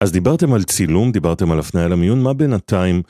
אז דיברתם על צילום, דיברתם על הפניה למיון, מה בינתיים?